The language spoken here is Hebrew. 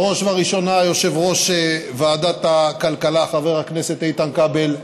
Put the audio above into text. בראש ובראשונה ליושב-ראש ועדת הכלכלה חבר הכנסת איתן כבל,